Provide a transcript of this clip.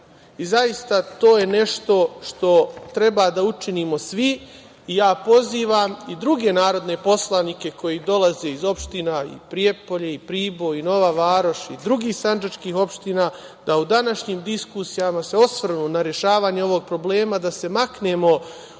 Zaista, to je nešto što treba da učinimo svi i ja pozivam i druge narodne poslanike koji dolaze iz opština i Prijepolje i Priboj i Nova Varoš i drugih sandžačkih opština da u današnjim diskusijama se osvrnu na rešavanje ovog problema, da se maknemo